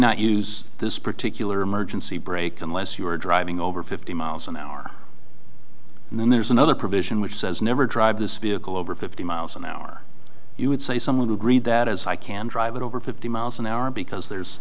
not use this particular emergency brake unless you are driving over fifty miles an hour and then there's another provision which says never drive this vehicle over fifty miles an hour you would say someone who agreed that as i can drive it over fifty miles an hour because there's